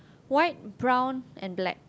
white brown and black